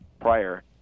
prior